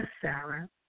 Sarah